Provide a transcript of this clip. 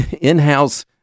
in-house